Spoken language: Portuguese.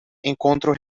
encontro